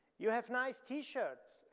you have nice t-shirts.